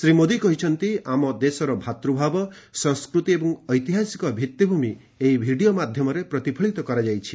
ଶ୍ରୀ ମୋଦୀ କହିଛନ୍ତି ଆମ ଦେଶର ଭାତୂଭାବ ସଂସ୍କୃତି ଏବଂ ଐତିହାସିକ ଭିଭି଼ମି ଏହି ଭିଡ଼ିଓ ମାଧ୍ୟମରେ ପ୍ରତିଫଳିତ କରାଯାଇଛି